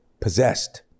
possessed